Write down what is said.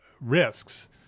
risks